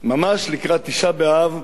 ממש לקראת תשעה באב,